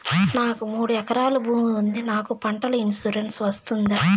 నాకు మూడు ఎకరాలు భూమి ఉంది నాకు పంటల ఇన్సూరెన్సు వస్తుందా?